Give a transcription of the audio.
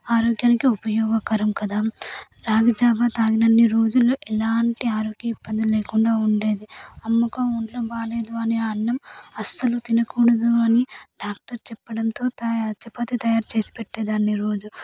ఆరోగ్యానికి ఉపయోగకరం కదా రాగిజావ తాగినన్ని రోజులు ఎలాంటి ఆరోగ్య ఇబ్బంది లేకుండా ఉండేవి అమ్మకు ఒంట్లో బాగాలేదు అని అన్నం అస్సలు తినకూడదు అని డాక్టర్ చెప్పడంతో చపాతీ తయారు చేసి పెట్టే దాన్ని రోజు